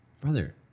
brother